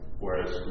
whereas